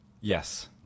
Yes